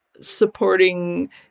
supporting